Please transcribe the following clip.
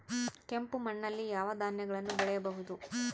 ಕೆಂಪು ಮಣ್ಣಲ್ಲಿ ಯಾವ ಧಾನ್ಯಗಳನ್ನು ಬೆಳೆಯಬಹುದು?